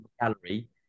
gallery